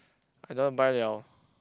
I don't want to buy [liao]